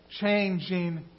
changing